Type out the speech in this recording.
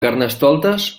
carnestoltes